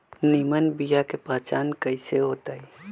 निमन बीया के पहचान कईसे होतई?